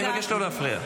אני מבקש לא להפריע.